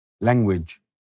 language